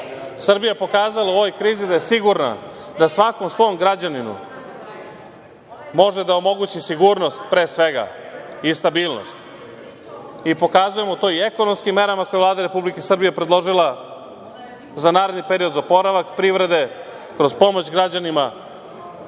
zemlji. Srbija je pokazala u ovoj krizi da je sigurna, da svakom svom građaninu može da omogući sigurnost, pre sveg,a i stabilnost i pokazujemo to i ekonomskim merama koje je Vlada Republike Srbije predložila za naredni period za oporavak privrede, kroz pomoć građanima.